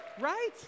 Right